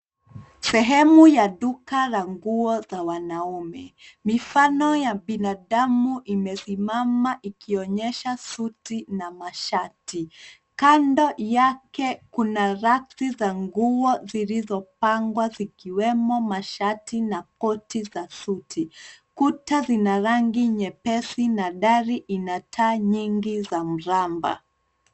Sehemu ya duka la nguo za wanaume. Mifano ya binadamu imesimama ikionyesha suti na mashati. Kando yake kuna raki za nguo zilizopangwa zikiwemo mashati na koti za suti. Kuta zina rangi nyepesi na dari ina taa nyingi za mraba.